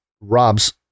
Rob's